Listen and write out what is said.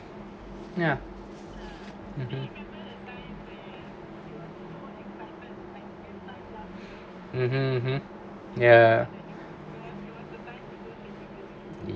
ya (uh huh) ya